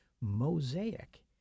Mosaic